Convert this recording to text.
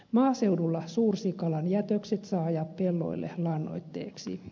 maaseudulla suursikalan jätökset saa ajaa pelloille lannoitteeksi